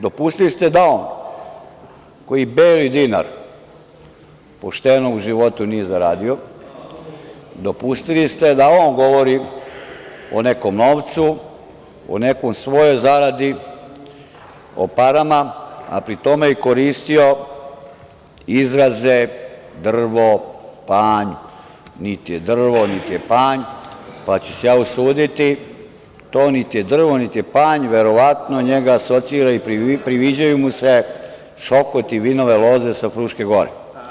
Dopustili ste da on koji beli dinar pošteno u životu nije zaradio, dopustili ste da on govori o nekom novcu, o nekoj svojoj zaradi, o parama, a pri tome je koristio izraze drvo, panj, nit je drvo nit je panj, pa ću se ja usuditi to nit je drvo, nit je panj verovatno njega asocira i priviđaju mu se čokoti vinove loze sa Fruške Gore.